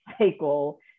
cycle